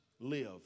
live